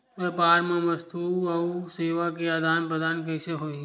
व्यापार मा वस्तुओ अउ सेवा के आदान प्रदान कइसे होही?